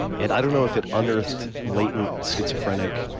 and i don't know if it unearthed latent schizophrenic